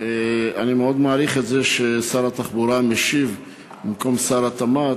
אני מאוד מעריך את זה ששר התחבורה משיב במקום שר התמ"ת,